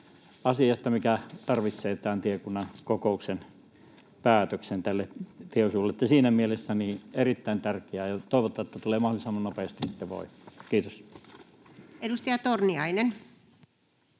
mikä tarvitsee tämän tiekunnan kokouksen päätöksen tälle tieosuudelle. Siinä mielessä tämä on erittäin tärkeää, ja toivotaan, että tämä tulee mahdollisimman nopeasti voimaan. — Kiitos. Edustaja Torniainen.